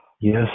yes